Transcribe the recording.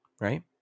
right